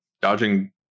dodging